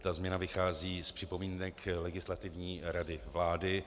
Ta změna vychází z připomínek Legislativní rady vlády.